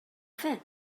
fer